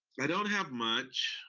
i don't have much.